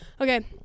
okay